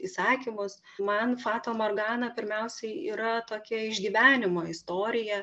įsakymus man fata margana pirmiausiai yra tokia išgyvenimo istorija